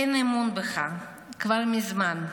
אין אמון בך כבר מזמן,